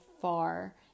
far